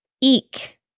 eek